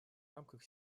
рамках